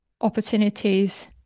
opportunities